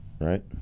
right